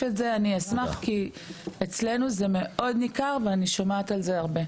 כי אצלנו זה מאוד ניכר, ואני שומעת על זה הרבה.